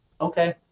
okay